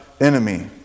enemy